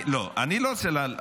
אני לא רוצה לענות לך.